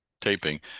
taping